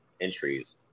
entries